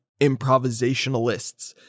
improvisationalists